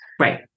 Right